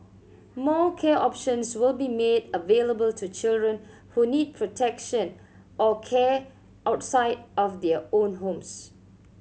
more care options will be made available to children who need protection or care outside of their own homes